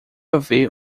haver